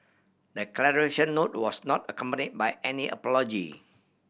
the note was not accompany by any apology